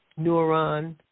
neuron